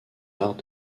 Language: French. arts